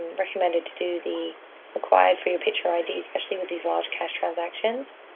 recommended to do the required for your picture id, especially with these large cash transactions.